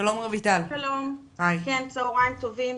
צוהריים טובים,